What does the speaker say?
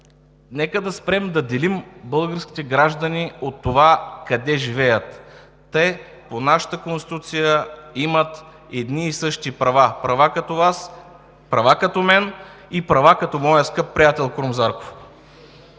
Нека да спрем да делим българските граждани по това къде живеят! По нашата Конституция те имат едни и същи права – права като Вас, права като мен и права като моя скъп приятел Крум Зарков!